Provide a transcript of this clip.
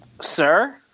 Sir